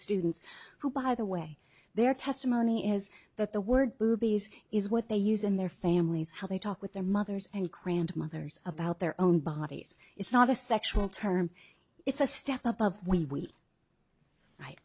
students who by the way their testimony is that the word boobies is what they use in their families how they talk with their mothers and grandmothers about their own bodies it's not a sexual term it's a step above